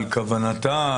על כוונתה,